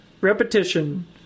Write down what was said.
Repetition